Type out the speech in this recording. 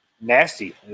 nasty